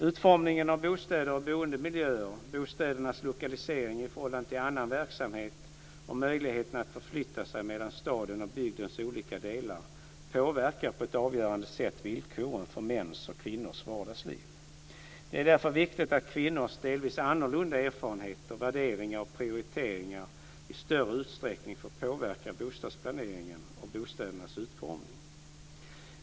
Utformningen av bostäder och boendemiljöer, bostädernas lokalisering i förhållande till andra verksamheter och möjligheterna att förflytta sig mellan stadens och bygdens olika delar påverkar på ett avgörande sätt villkoren för mäns och kvinnors vardagsliv. Det är därför viktigt att kvinnors delvis annorlunda erfarenheter, värderingar och prioriteringar i större utsträckning får påverka bostadsplaneringen och bostädernas utformning.